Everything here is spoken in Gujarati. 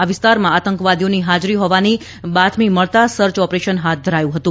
આ વિસ્તારમાં આતંકવાદીઓની હાજરી હોવાની બાતમી મળતા સર્ચ ઓપરેશન હાથ ધરાવ્યું હતું